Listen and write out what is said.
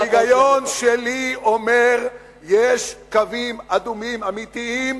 ההיגיון שלי אומר שיש קווים אדומים אמיתיים,